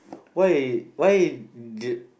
why why t~